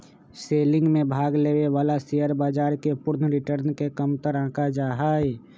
selling में भाग लेवे वाला शेयर बाजार के पूर्ण रिटर्न के कमतर आंका जा हई